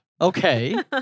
Okay